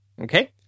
Okay